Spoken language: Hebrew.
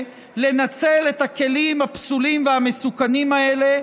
לנצל את הכלים הפסולים והמסוכנים האלה.